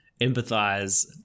empathize